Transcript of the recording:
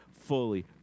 Fully